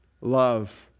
love